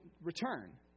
return